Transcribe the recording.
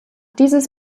dieses